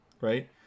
Right